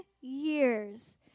years